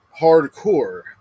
Hardcore